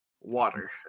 water